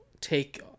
take